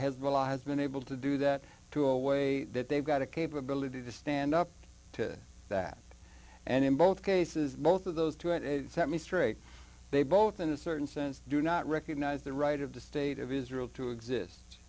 allies been able to do that to a way that they've got a capability to stand up to that and in both cases most of those to it and set me straight they both in a certain sense do not recognize the right of the state of israel to exist